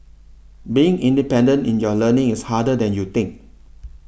being independent in your learning is harder than you think